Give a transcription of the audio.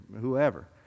whoever